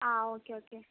ആ okay okay